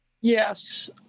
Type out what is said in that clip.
yes